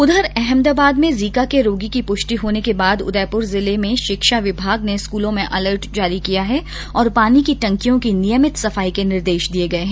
उधर अहमदाबाद में जीका के रोगी की पुष्टि होने के बाद उदयपुर जिले में शिक्षा विभाग ने स्कूलों में अलर्ट जारी किया है और पानी की टंकियों की नियमित सफाई के निर्देश दिये है